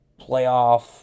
playoff